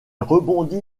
rebondit